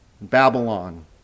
Babylon